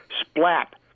Splat